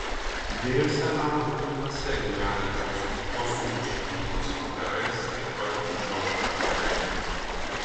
dviejuose namo kaminuose gyvenančios kuosų šeimynos vakarais taip pat čiauška apie meilę